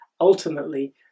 ultimately